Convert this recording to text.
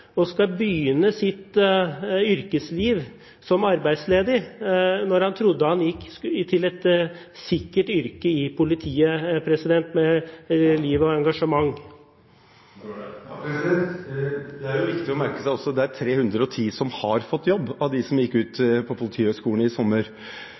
og skal begynne sitt yrkesliv som arbeidsledig, når han trodde han gikk til et sikkert yrke i politiet – med liv og engasjement. Det er viktig å merke seg at det er 310 som har fått jobb i høst av dem som gikk ut